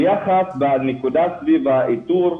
ביחס לנקודה סביב האיתור,